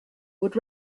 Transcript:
would